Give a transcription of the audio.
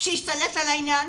שהשתלט על העניין.